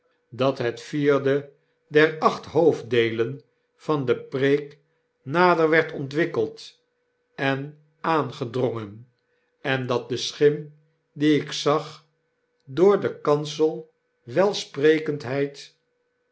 dat het vierde der acht hoofddeelen van de preek nader werd ontwikkeld en aangedrongen en dat de schim die ik zag door de kanselwelsprekendheid